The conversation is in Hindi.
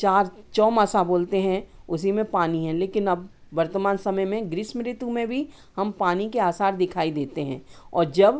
चार चौमासा बोलते हैं उसी में पानी है लेकिन अब वर्तमान समय में ग्रीष्म ऋतु में भी हम पानी के आसार दिखाई देते हैं और जब